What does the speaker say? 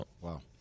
Wow